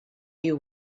you